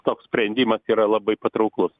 toks sprendimas yra labai patrauklus